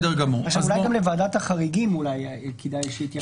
אולי גם לוועדת החריגים כדאי שיתייחסו.